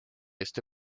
este